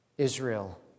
Israel